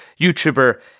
YouTuber